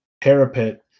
parapet